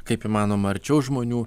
kaip įmanoma arčiau žmonių